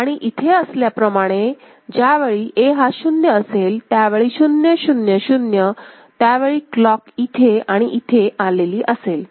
आणि इथे असल्याप्रमाणे ज्यावेळी A हा 0 असेल म्हणजे 000 त्यावेळी क्लॉक इथे आणि इथे आलेली असेल